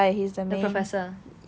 the professor